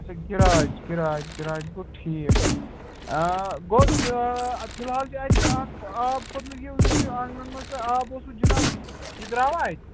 اچھا garage garage garage گوٚو ٹھیٖک گوٚو تہٕ فِلحال چھُ اَتہِ اَکھ آب کھوٚتمُت یُس یہِ آنٛگنَن منٛز تۄہہِ آب اوسُو جِناب یہِ درٛاوا اَتہِ